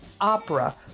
opera